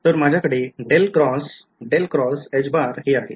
तर माझ्याकडे हे आहे